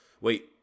Wait